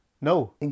No